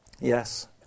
yes